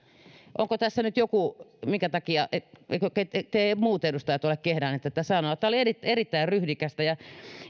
onko tässä nyt joku minkä takia te muut edustajat ette ole kehdanneet tätä sanoa tämä oli erittäin ryhdikästä ja